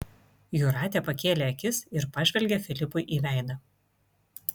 jūratė pakėlė akis ir pažvelgė filipui veidą